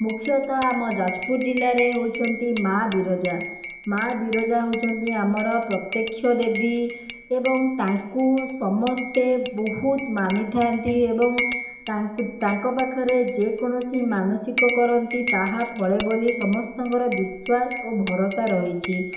ମୁଖ୍ୟତଃ ଆମ ଯାଜପୁର ଜିଲ୍ଲାରେ ହେଉଛନ୍ତି ମା' ବିରଜା ମା' ବିରଜା ହେଉଛନ୍ତି ଆମର ପ୍ରତ୍ୟେକ୍ଷ ଦେବୀ ଏବଂ ତାଙ୍କୁ ସମସ୍ତେ ବହୁତ ମାନିଥାନ୍ତି ଏବଂ ତାଙ୍କ ପାଖରେ ଯେକୌଣସି ମାନସିକ କରନ୍ତି ତାହା ଫଳେ ବୋଲି ସମସ୍ତଙ୍କର ବିଶ୍ୱାସ ଓ ଭରଷା ରହିଛି